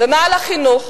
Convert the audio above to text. ומה על החינוך?